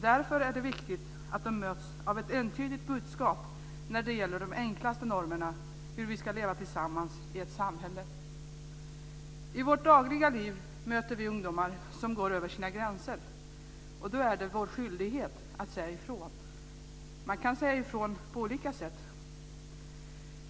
Därför är det viktigt att de möts av ett entydigt budskap när det gäller de enklaste normerna för hur vi ska leva tillsammans i ett samhälle. I vårt dagliga liv möter vi ungdomar som går över sina gränser. Då är det vår skyldighet att säga ifrån. Man kan säga ifrån på olika sätt.